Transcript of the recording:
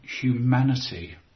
humanity